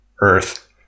earth